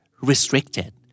Restricted